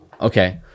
Okay